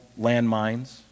landmines